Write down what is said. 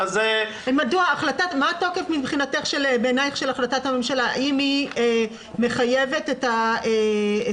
מה התוקף בעיניך של החלטת הממשלה אם היא מחייבת את התקנות,